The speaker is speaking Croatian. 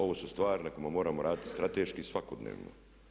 Ovo su stvari na kojima moramo raditi strateški svakodnevno.